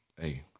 hey